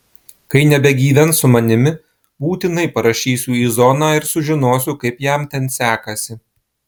kai nebegyvens su manimi būtinai parašysiu į zoną ir sužinosiu kaip jam ten sekasi